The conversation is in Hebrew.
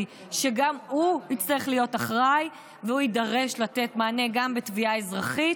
שגם הוא יצטרך להיות אחראי והוא יידרש לתת מענה גם בתביעה אזרחית,